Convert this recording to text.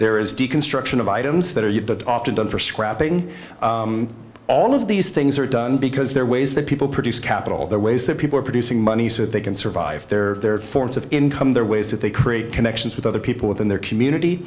there is deconstruction of items that are you but often done for scrapping all of these things are done because there are ways that people produce capital the ways that people are producing money so that they can survive their forms of income their ways that they create connections with other people within their community